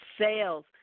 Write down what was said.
sales